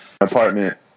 Apartment